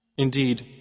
Indeed